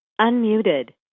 Unmuted